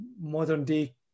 modern-day